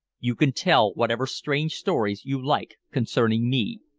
you can tell whatever strange stories you like concerning me.